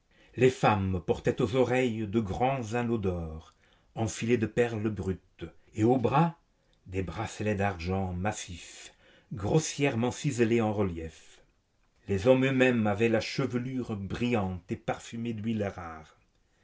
les femmes portaient aux oreilles de grands anneaux d'or enfilés de perles brutes et aux bras des bracelets d'argent massif grossièrement ciselés en relief les hommes eux-mêmes avaient la chevelure brillante et parfumée d'huiles rares